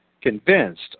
convinced